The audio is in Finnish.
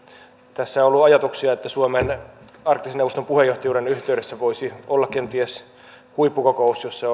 tässä on ollut ajatuksia että suomen arktisen neuvoston puheenjohtajuuden yhteydessä voisi olla kenties huippukokous jossa